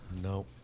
No